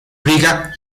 riga